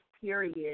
period